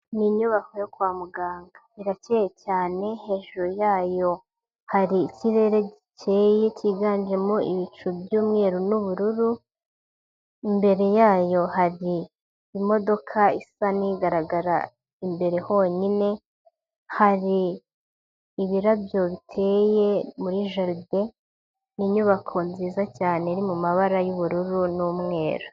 Ni inyubako yo kwa muganga. Irakeye cyane, hejuru yayo hari ikirere gikeye, cyiganjemo ibicu by'umweru n'ubururu, imbere yayo hari imodoka isa n'igaragara imbere honyine, hari ibirabyo biteye muri jaride, ni inyubako nziza cyane iri mu mabara y'ubururu n'umweru.